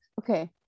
okay